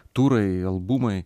turai albumai